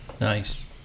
Nice